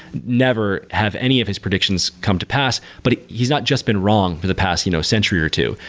never have any of his predictions come to pass, but he's not just been wrong for the past you know century or two.